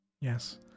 Yes